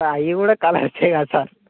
అవి కూడా కలర్సే కదా సార్